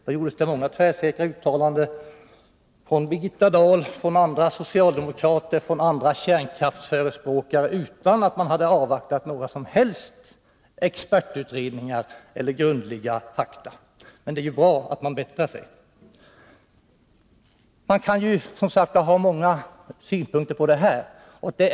Då gjordes många tvärsäkra uttalanden av Birgitta Dahl, av andra socialdemokrater och av andra kärnkraftsförespråkare utan att de hade avvaktat några som helst expertutredningar eller grundliga fakta. Men det är bra att man bättrar sig. Man kan, som sagt, ha många synpunkter på det här problemet.